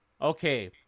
okay